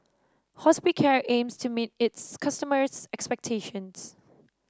Hospicare aims to meet its customers' expectations